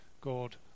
God